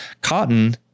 Cotton